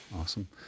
awesome